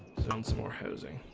stone some more housing